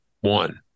One